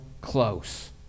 close